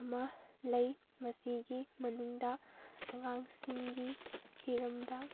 ꯑꯃ ꯂꯩ ꯃꯁꯤꯒꯤ ꯃꯅꯨꯡꯗ ꯑꯉꯥꯡꯁꯤꯡꯒꯤ ꯍꯤꯔꯝꯗ